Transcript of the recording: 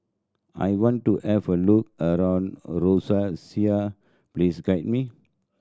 I want to have a look around a Roseau please guide me